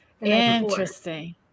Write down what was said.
interesting